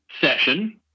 session